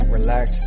relax